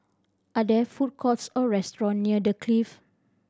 are there food courts or restaurant near The Clift